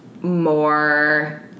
more